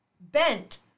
bent